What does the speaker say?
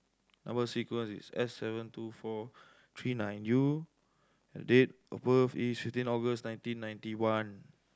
number sequence is S seven two four three nine U and date of birth is fifteen August nineteen ninety one